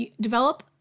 develop